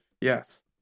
yes